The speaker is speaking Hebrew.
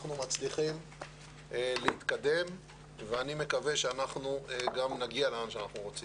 מצליחים להתקדם ואני מקווה שגם נגיע לאן שאנחנו רוצים.